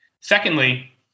Secondly